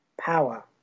power